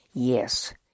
Yes